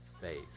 faith